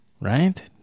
Right